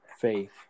faith